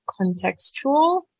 contextual